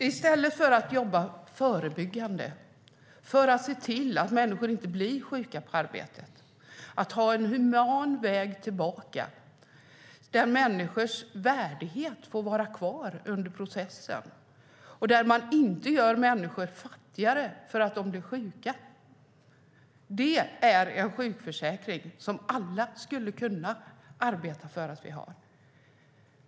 Herr talman! Att jobba förebyggande för att se till att människor inte blir sjuka på arbetet och att ha en human väg tillbaka där människors värdighet får vara kvar under processen och där man inte gör människor fattigare för att de blir sjuka - det är en sjukförsäkring som alla skulle kunna arbeta för att vi ska ha.